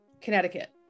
Connecticut